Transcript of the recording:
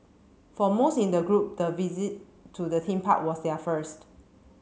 for most in the group the visit to the theme park was their first